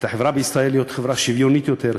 את החברה בישראל להיות חברה שוויונית יותר,